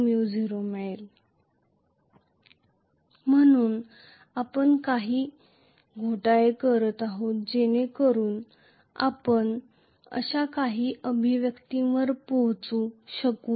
म्हणून आम्ही काही जुगलबंदी करीत आहोत जेणेकरून आपल्याकडे काही अभिव्यक्त्यांपर्यंत पोहोचण्यास सक्षम असेल